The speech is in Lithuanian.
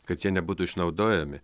kad jie nebūtų išnaudojami